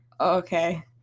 Okay